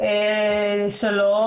שלום.